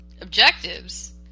objectives